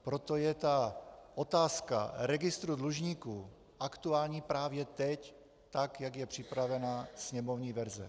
Proto je ta otázka registru dlužníků aktuální právě teď, tak jak je připravena sněmovní verze.